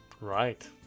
Right